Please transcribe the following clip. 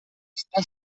està